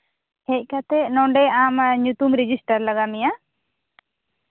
ᱦᱮᱡᱠᱟᱛᱮ ᱱᱚᱰᱮ ᱟᱢ ᱧᱩᱛᱩᱢ ᱨᱮᱡᱤᱥᱴᱟᱨ ᱞᱟᱜᱟᱣ ᱢᱮᱭᱟ